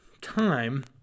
time